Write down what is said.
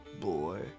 Boy